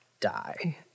die